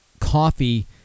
coffee